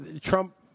Trump